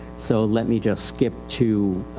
so let me just skip to,